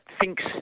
thinks